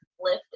lift